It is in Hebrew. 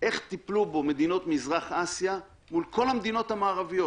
איך טיפלו בו מדינות מזרח אסיה מול כל המדינות המערביות.